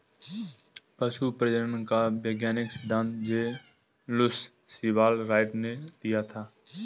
पशु प्रजनन का वैज्ञानिक सिद्धांत जे लुश सीवाल राइट ने दिया था